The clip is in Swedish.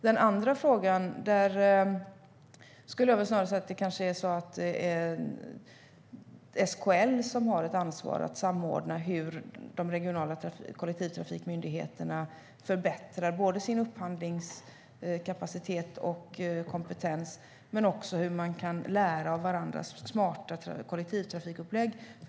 När det gäller den andra frågan är det SKL som har ansvaret för att samordna att de regionala kollektivtrafikmyndigheterna förbättrar sin upphandlingskapacitet och kompetens men också hur man kan lära av varandras smarta kollektivtrafikupplägg.